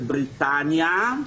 בבריטניה,